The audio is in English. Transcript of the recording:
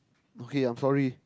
okay I'm sorry